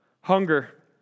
Hunger